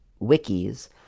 wikis